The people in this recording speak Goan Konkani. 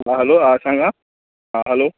हां हालो आं सांगा आं हालो